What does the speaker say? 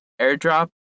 airdrop